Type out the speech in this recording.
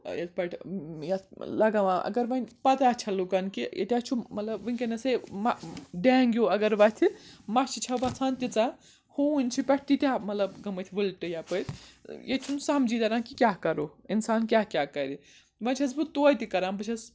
یتھ پٲٹھ یَتھ لَگاوان اَگر وۄنۍ پَتہ چھٚ لُکَن کہِ ییٚتِیاہ چھُ مطلب وٕنکیٚنَسے ڈینٛگوٗ اَگر وۄتھِ مَچھِ چھےٚ وژھان تیٖژاہ ہوٗنۍ چھِ پٮ۪ٹھ تیٖتیاہ مطلب گٔمٕتۍ ؤلٹہٕ یَپٲرۍ ییٚتہِ چھُ نہٕ سَمجی نَران کہِ کیٛاہ کَرو اِنسان کیٛاہ کیٛاہ کَرِ وۄنۍ چھَس بہٕ توتہِ تہِ کَران بہٕ چھَس